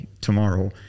tomorrow